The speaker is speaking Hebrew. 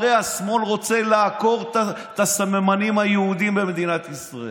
הרי השמאל רוצה לעקור את הסממנים היהודיים במדינת ישראל.